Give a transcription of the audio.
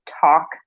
talk